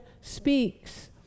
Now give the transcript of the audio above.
speaks